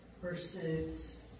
pursuits